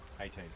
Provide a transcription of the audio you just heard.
18